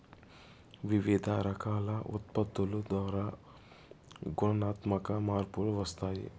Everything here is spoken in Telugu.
వివిధ రకాల ఉత్పత్తుల ద్వారా గుణాత్మక మార్పులు వస్తాయి